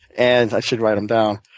and i should write them down.